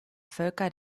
völker